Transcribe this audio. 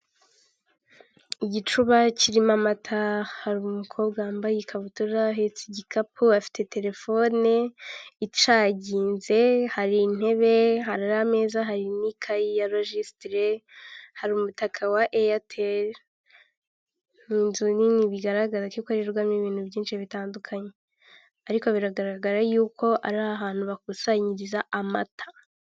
Igicuba kirimo amata hari umukobwa wambaye ikabutura ahetse igikapu afite telefone icagize hari intebe harara ameza hari n'ikayi ya logisitire hari umutaka wa eyateri n'inzu nini bigaragaza ko ikorerwamo ibintu byinshi bitandukanye ariko biragaragara yuko ari ahantu hakusanyiriza amata.